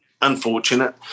unfortunate